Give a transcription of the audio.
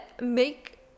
make